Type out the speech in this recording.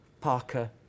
Parker